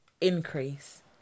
increase